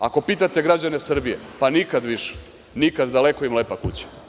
Ako pitate građane Srbije, nikad više, nikad, daleko im lepa kuća.